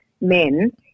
men